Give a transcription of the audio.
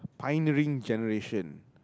pioneering generation